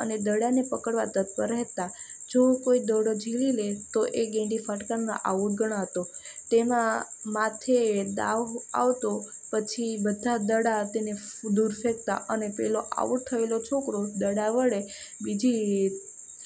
અને દડાને પકડવા તત્પર રહેતા જો કોઈ દડો ઝીલી લે તો એ ગેડી ફટકારનાર આઉટ ગણાતો તેમાં માથે દાવ આવતો પછી બધા દડા તેને દૂર ફેંકતા અને પેલો આઉટ થયેલો છોકરો દડા વડે બીજી